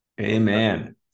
Amen